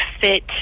fit